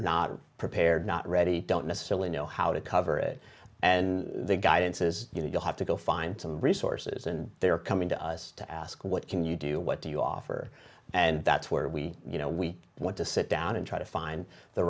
not prepared not ready don't necessarily know how to cover it and the guidance is going to have to go find some resources and they are coming to us to ask what can you do what do you offer and that's where we you know we want to sit down and try to find the